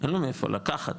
אין לו מאיפה לקחת,